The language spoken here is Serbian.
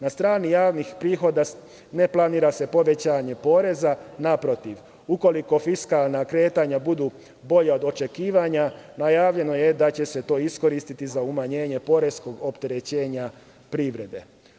Na strani javnih prihoda ne planira se povećanje poreza, naprotiv ukoliko fiskalna kretanja budu bolja od očekivanja najavljeno je da će se to iskoristiti za umanjenje poreskog opterećenja privrede.